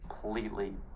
Completely